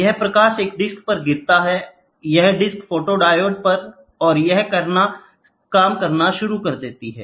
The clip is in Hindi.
यह प्रकाश एक डिस्क पर गिरता है यह डिस्क फोटोडायोड पर है और यह करना शुरू कर देता है